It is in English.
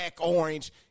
Orange